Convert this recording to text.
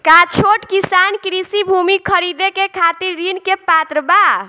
का छोट किसान कृषि भूमि खरीदे के खातिर ऋण के पात्र बा?